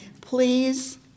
please